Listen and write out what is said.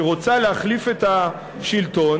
שרוצה להחליף את השלטון,